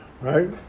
right